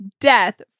Death